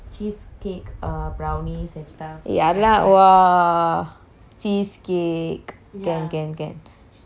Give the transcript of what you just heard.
!wah! cheesecake can can can I will I know mm